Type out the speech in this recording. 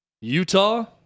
Utah